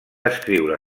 escriure